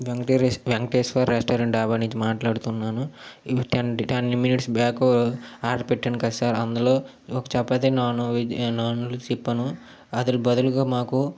వెంకటరి Venkateswara restaurant dhaba నుంచి మాట్లాడుతున్నాను ఇవి టెన్ మినిట్స్ బ్యాకు ఆర్డర్ పెట్టాను కదా సార్ అందులో ఒక చపాతీ నాన్ వెజ్ నాన్ చెప్పాను అందుకు బదులుగా మాకు